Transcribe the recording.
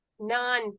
none